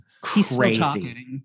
crazy